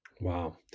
Wow